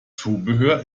zubehör